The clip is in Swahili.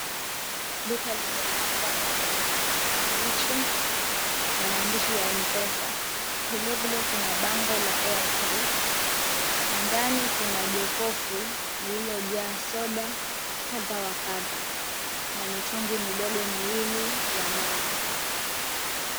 Duka limepakwa rangi ya kijani kibichi na maandishi ya Mpesa. Vilevile kuna bango la airtel na ndani kuna jokofu lililo jaa soda kadha wa kadha na mitungi midogo miwili ya maji.